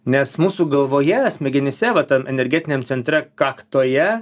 nes mūsų galvoje smegenyse va tam energetiniam centre kaktoje